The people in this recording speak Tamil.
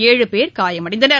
ஏழு பேர் காயமடைந்தனர்